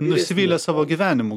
nusivylę savo gyvenimu